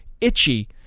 itchy